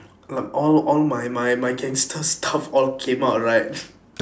like all all my my my gangster stuff all came out right